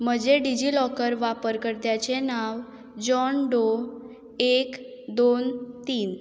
म्हजें DigiLocker वापरकर्त्याचें नांव जॉन डो एक दोन तीन